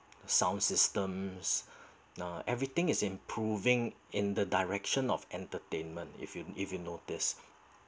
sound systems now everything is improving in the direction of entertainment if you if you notice